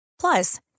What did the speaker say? Plus